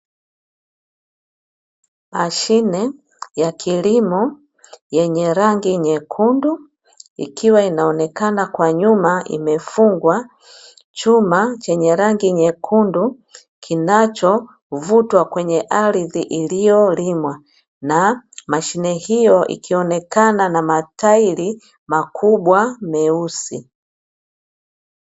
Mashine ya kilimo yenye rangi nyekundu ikiwa inaonekana kwa nyuma imefungwa chuma chenye rangi nyekundu kinachovutwa kwenye ardhi iliyolimwa na mashine hiyo ikionekana na matairi makubwa meusi.